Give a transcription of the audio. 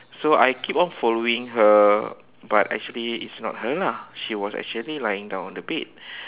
so I keep on following her but actually it's not her lah she was actually lying down on the bed